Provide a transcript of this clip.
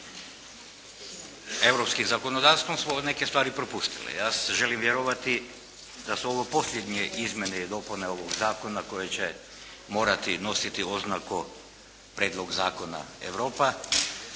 europskih zakonodavstvom smo neke stvari propustili. Ja želim vjerovati da su ovo posljednje izmjene i dopune ovoga Zakona koje će morati nositi oznaku prijedlog zakona, Europa,